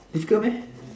it's girl meh